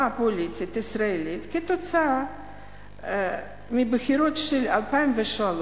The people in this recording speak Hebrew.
הפוליטית כתוצאה מהבחירות של 2003,